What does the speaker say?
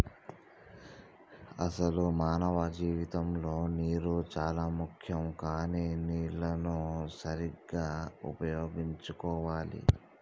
అసలు మానవ జీవితంలో నీరు చానా ముఖ్యం కానీ నీళ్లన్ను సరీగ్గా ఉపయోగించుకోవాలి